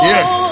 Yes